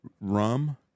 rum